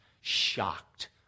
shocked